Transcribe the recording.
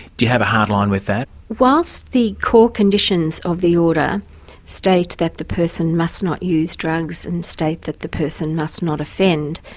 do you have a hard line with that? whilst the core conditions of the order state that the person must not use drugs and state that the person must not offend,